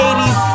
80's